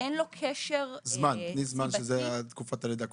אין לו קשר סיבתי --- תני זמן שזאת תקופת הלידה כולה.